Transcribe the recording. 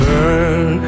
Burn